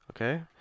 Okay